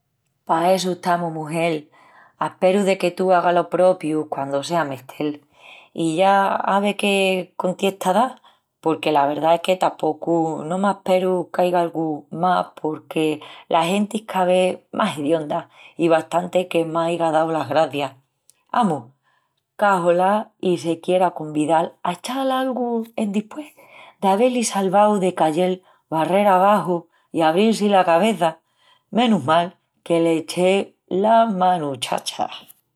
"Pa essu estamus, mugel. Asperu deque tu hagas lo propiu quandu sea mestel". I ya ave que contiesta da. Porque la verdá es que tapocu no m'asperu qu'aiga algu más porque la genti es ca ves más hedionda i bastanti que m'aiga dau las gracias. Amus, qu'axolá i se quiera convidal a echal algu endispués d'avé-li salvau de cayel barrera abaxu i abril-si la cabeça. Menus mal que l'eché la manu, chacha!